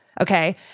Okay